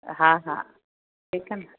हा हा ठीकु आहे न